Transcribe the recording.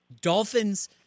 Dolphins